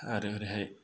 आरो ओरैहाय